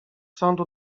sądu